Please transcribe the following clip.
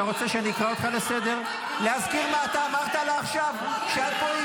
אתה רוצה שאני אקרא אותך לסדר?